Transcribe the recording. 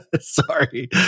Sorry